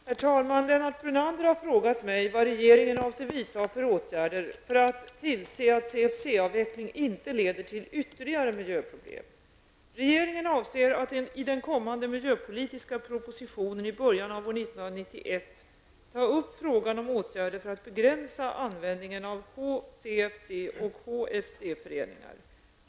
Herr talman! Lennart Brunander har frågat mig vad regeringen avser vidta för åtgärder för att tillse att CFC-avveckling inte leder till ytterligare miljöproblem. Regeringen avser att i den kommande miljöpolitiska propositionen i början av år 1991 ta upp frågan om åtgärder för att begränsa användningen av HCFC och HFC-föreningar.